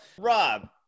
Rob